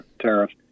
tariffs